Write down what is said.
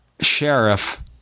sheriff